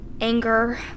Anger